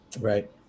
Right